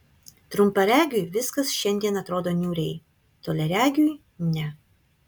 trumparegiui viskas šiandien atrodo niūriai toliaregiui ne